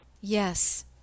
Yes